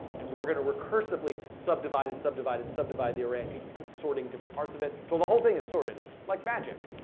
and we're going to recursively subdivide and subdivide and subdivide the array and keep sorting different parts of it until the whole thing is sorted. it's like magic.